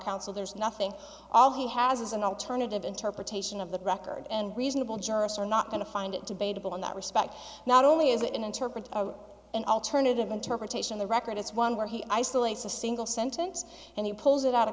counsel there's nothing all he has is an alternative interpretation of the record and reasonable jurists are not going to find it debatable in that respect not only is it an interpreter an alternative interpretation the record it's one where he isolates a single sentence and he pulls it out of